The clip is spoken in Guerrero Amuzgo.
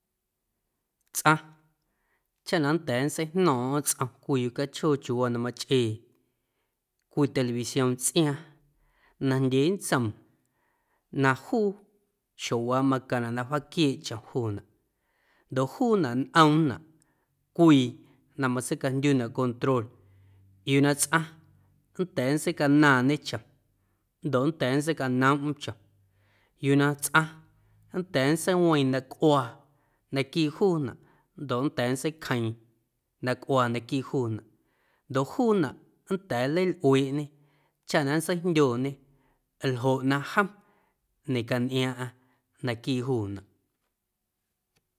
Tsꞌaⁿ chaꞌ na nnda̱a̱ nntseijno̱o̱ⁿꞌo̱ⁿ tsꞌom cwii yucachjoo chiuuwaa na machꞌee cwii televisión tsꞌiaaⁿ najndyee nntsoom na juu xjowaaꞌ macaⁿnaꞌ na nncjaaquieeꞌ chom juunaꞌ ndoꞌ juunaꞌ ñꞌoomnaꞌ cwii na matseicajndyunaꞌ control yuu na tsꞌaⁿ nnda̱a̱ nntseicanaaⁿñê chom ndoꞌ nnda̱a̱ nntseicanoomꞌm chom yuu na tsꞌaⁿ nnda̱a̱ ntseiweeⁿ na cꞌuaa naquiiꞌ juunaꞌ ndoꞌ nnda̱a̱ nntseicjeeⁿ na cꞌuaa naquiiꞌ juunaꞌ ndoꞌ juunaꞌ nnda̱a̱ nleilꞌueeꞌñê chaꞌ na nntseijndyooñê ljoꞌ na jom ñecantꞌiaaⁿꞌaⁿ naquiiꞌ juunaꞌ.